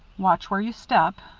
watch where you step.